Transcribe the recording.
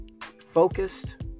focused